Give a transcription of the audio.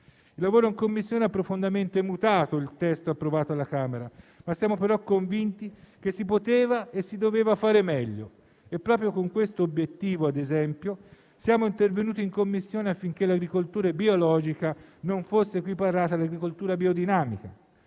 Il lavoro in Commissione ha profondamente mutato il testo approvato alla Camera; siamo però convinti che si poteva e si doveva fare meglio. Proprio con questo obiettivo - ad esempio - siamo intervenuti in Commissione affinché l'agricoltura biologica non fosse equiparata all'agricoltura biodinamica.